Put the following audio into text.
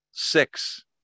Six